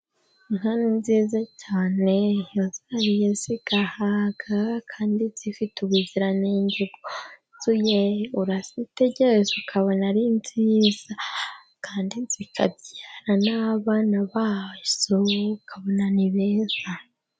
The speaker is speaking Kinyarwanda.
Inka ni nziza cyane iyo ziriye zigahaga kandi zifite ubuziranenge bwuzuye urazitegereza ukabona ari nziza, kandi zikabyara n'abana bazo ukabona ni beza.